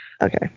Okay